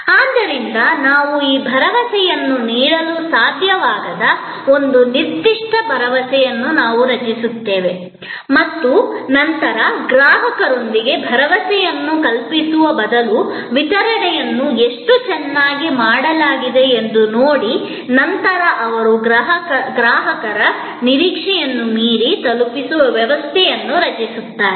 ಆದ್ದರಿಂದ ನಾವು ಆ ಭರವಸೆಯನ್ನು ನೀಡಲು ಸಾಧ್ಯವಾಗದ ಒಂದು ನಿರ್ದಿಷ್ಟ ಭರವಸೆಯನ್ನು ನಾವು ರಚಿಸುತ್ತೇವೆ ಮತ್ತು ನಂತರ ಗ್ರಾಹಕರೊಂದಿಗೆ ಭರವಸೆಯನ್ನು ಕಲ್ಪಿಸುವ ಬದಲು ವಿತರಣೆಯನ್ನು ಎಷ್ಟು ಚೆನ್ನಾಗಿ ಮಾಡಲಾಗಿದೆಯೆಂದು ನೋಡಿ ಮತ್ತು ನಂತರ ಅವರು ಗ್ರಾಹಕರ ನಿರೀಕ್ಷೆಯನ್ನು ಮೀರಿ ತಲುಪಿಸುವ ವ್ಯವಸ್ಥೆಗಳನ್ನು ರಚಿಸುತ್ತಾರೆ